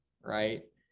Right